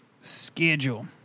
Schedule